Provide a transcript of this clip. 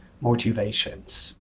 motivations